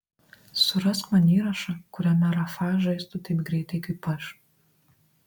surask man įrašą kuriame rafa žaistų taip greitai kaip aš